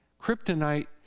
Kryptonite